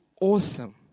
awesome